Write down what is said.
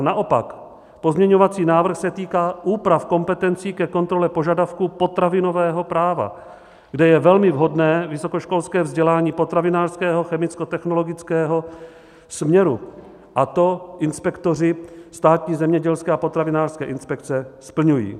Naopak, pozměňovací návrh se týká úprav kompetencí ke kontrole požadavků potravinového práva, kde je velmi vhodné vysokoškolské vzdělání potravinářského, chemickotechnologického směru, a to inspektoři Státní zemědělské a potravinářské inspekce splňují.